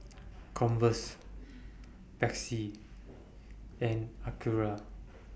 Converse Pepsi and Acura